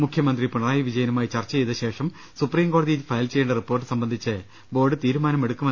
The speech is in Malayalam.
മുഖ്യമന്ത്രി പിണറായി വിജയനുമായി ചർച്ച ചെയ്ത ശേഷം സുപ്രീം കോടതിയിൽ ഫയൽ ചെയ്യേണ്ട റിപ്പോർട്ട് സംബന്ധിച്ച് ബോർഡ് തീരുമാനമെടുക്കും